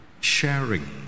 Sharing